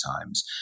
times